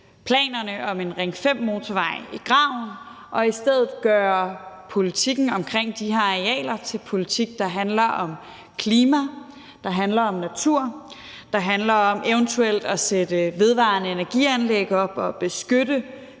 planerne om en Ring 5-motorvej i graven og i stedet gøre politikken omkring de her arealer til politik, der handler om klima, om natur og om eventuelt at sætte vedvarende energianlæg op og beskytte